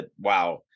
Wow